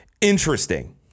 Interesting